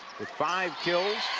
five kills,